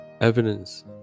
evidence